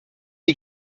est